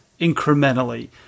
incrementally